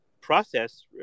process